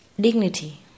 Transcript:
Dignity